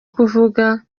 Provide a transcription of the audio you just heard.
kuvuga